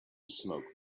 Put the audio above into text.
smoke